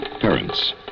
Parents